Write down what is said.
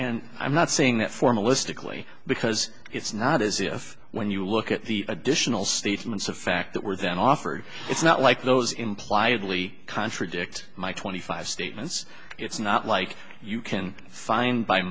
and i'm not saying that formalistic lee because it's not as if when you look at the additional statements of fact that were then offered it's not like those impliedly contradict my twenty five statements it's not like you can find by